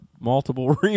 multiple